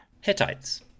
Hittites